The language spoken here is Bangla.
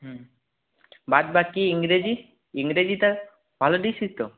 হুম বাদ বাকি ইংরেজি ইংরেজিটা ভালো দিয়েছিস তো